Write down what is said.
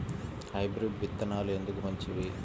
Hybrid విత్తనాలు ఎందుకు మంచివి?